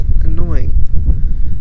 annoying